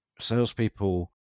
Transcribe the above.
salespeople